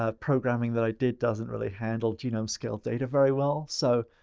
ah programming that i did doesn't really handle genome scale data very well. so,